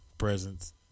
presence